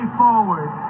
forward